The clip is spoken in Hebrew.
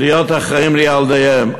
להיות אחראים לילדיהם.